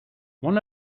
one